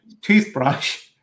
toothbrush